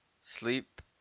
sleep